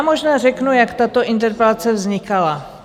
Možná řeknu, jak tato interpelace vznikala.